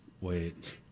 wait